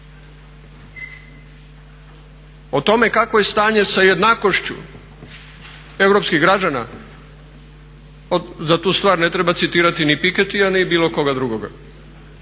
o tome kakvo je stanje sa jednakošću europskih građana, za tu stvar ne treba citirati ni Pikettya ni bilo koga drugoga.